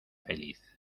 feliz